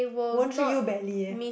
won't treat you badly